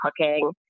cooking